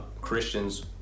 Christians